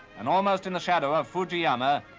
and almost in the shadow of fujiyama,